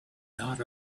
dot